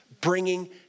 bringing